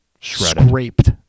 scraped